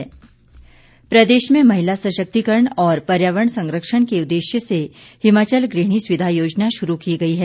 सरवीण प्रदेश में महिला सशक्तिकरण और पर्यावरण संरक्षण के उद्देश्य से हिमाचल गृहिणी सुविधा योजना शुरू की गई है